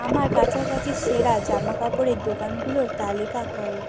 আমার কাছাকাছি সেরা জামা কাপড়ের দোকানগুলোর তালিকা করো